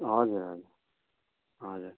हजुर हजुर हजुर